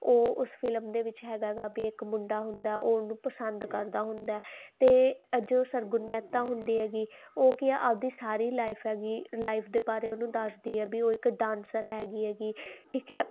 ਉਹ ਉਸ ਫਿਲਮ ਦੇ ਵਿੱਚ ਹੈਗਾ ਗਾ ਵੀ ਇੱਕ ਮੁੰਡਾ ਹੁੰਦਾ ਉਹ ਉਹਨੂੰ ਪਸੰਦ ਕਰਦਾ ਹੁੰਦਾ ਤੇ ਜੋ ਸਰਗੁਣ ਮਹਿਤਾ ਹੁੰਦੀ ਹੈਗੀ ਉਹ ਕੀ ਆਪਦੇ ਸਾਰੀ ਲਾਈਫ ਹੈਗੀ ਲਾਈਫ ਦੇ ਬਾਰੇ ਉਹਨੂੰ ਦੱਸਦੀ ਆ ਵੀ ਉਹ ਇੱਕ ਡਾਂਸਰ ਹੈਗੀ ਹੈਗੀ ਠੀਕ ਹੈ